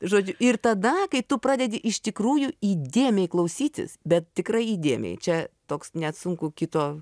žodžiu ir tada kai tu pradedi iš tikrųjų įdėmiai klausytis bet tikrai įdėmiai čia toks net sunku kito